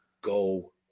go